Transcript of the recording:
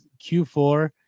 Q4